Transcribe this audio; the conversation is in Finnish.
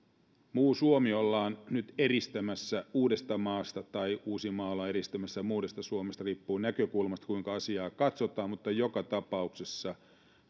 muu suomi ollaan nyt eristämässä uudestamaasta tai uusimaa ollaan eristämästä muusta suomesta riippuu näkökulmasta kuinka asiaa katsotaan mutta joka tapauksessa meille